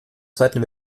zweiten